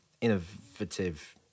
Innovative